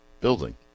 building